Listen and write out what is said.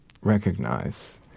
recognize